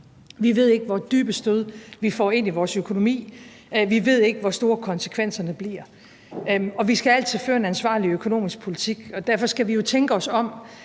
Vi ved ikke, hvor dybe stød vi får ind i vores økonomi. Vi ved ikke, hvor store konsekvenserne bliver. Vi skal altid føre en ansvarlig økonomisk politik, og derfor skal vi jo tænke os om